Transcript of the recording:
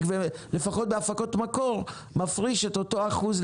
ולפחות בהפקות מקור מפריש אותו אחוז,